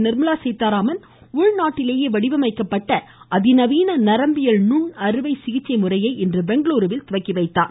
நிர்மலாசீதாராமன் உள்நாட்டிலேயே வடிவமைக்கப்பட்ட அதிநவீன நரம்பியல் நுண்அறுவை சிகிச்சை முறையை இன்று பெங்களுருவில் துவக்கி வைத்தார்